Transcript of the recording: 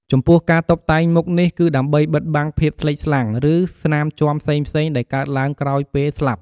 ចំពោះការតុបតែងមុខនេះគឺដើម្បីបិទបាំងភាពស្លេកស្លាំង ឬស្នាមជាំផ្សេងៗដែលកើតឡើងក្រោយពេលស្លាប់។